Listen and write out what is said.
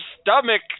stomach